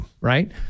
Right